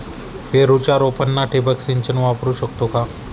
पेरूच्या रोपांना ठिबक सिंचन वापरू शकतो का?